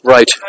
Right